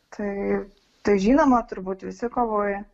tai tai žinoma turbūt visi kovoja